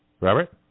Robert